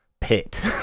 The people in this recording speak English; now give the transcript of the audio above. pit